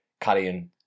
carrying